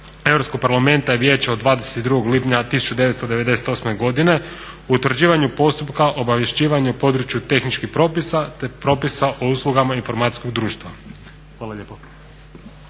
Europskog parlamenta i Vijeća od 22. lipnja 1998. godine o utvrđivanju postupka obavješćivanja u području tehničkih propisa te propisa o uslugama informacijskog društva. Hvala lijepo.